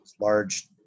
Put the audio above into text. large